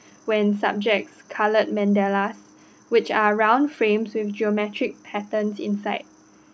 when subjects coloured mandalas which are round frames with geometric patterns inside